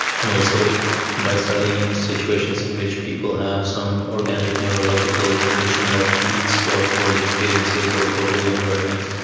and also by studying situations in which people have some organic neurological condition that leads to out of body experiences or doppelganger effects,